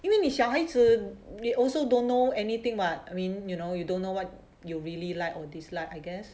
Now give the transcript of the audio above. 因为你小孩子 they also don't know anything what I mean you know you don't know what you really like or dislike I guess